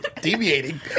Deviating